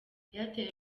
airtel